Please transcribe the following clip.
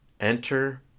Enter